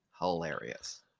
hilarious